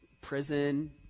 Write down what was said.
prison